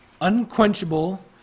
unquenchable